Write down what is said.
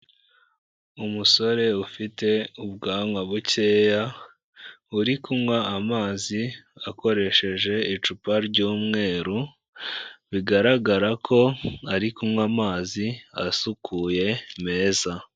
Umusore ufite ubwanwa bukeya uri kunywa amazi akoresheje icupa ry'umweru, bigaragara ko ari kunywa amazi asukuye meza.